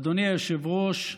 אדוני היושב-ראש,